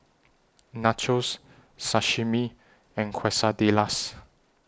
Nachos Sashimi and Quesadillas